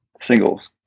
Singles